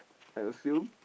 I assume